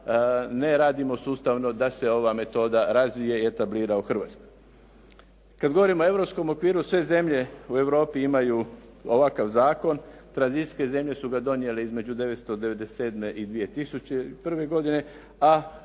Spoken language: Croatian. ne radimo sustavno da se ova metoda razvije i etablira u Hrvatskoj. Kada govorimo o europskom okviru sve zemlje u Europi imaju ovakav zakon, tranzicijske zemlje su ga donijele između 1997. i 2001. godine, a